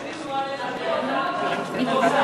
שולי מועלם בדרך להסכים אתך.